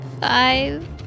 Five